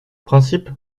principe